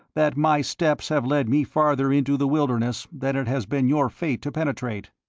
that my steps have led me farther into the wilderness than it has been your fate to penetrate.